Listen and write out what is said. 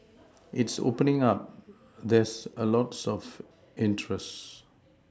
it's opening up there's lots of interest